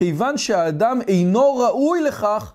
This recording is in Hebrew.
כיוון שהאדם אינו ראוי לכך.